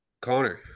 Connor